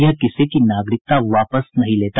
यह किसी की नागरिकता वापस नहीं लेता